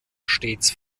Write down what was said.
stets